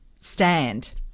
stand